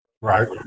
Right